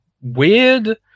weird